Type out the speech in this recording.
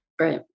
right